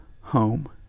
home